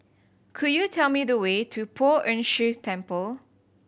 could you tell me the way to Poh Ern Shih Temple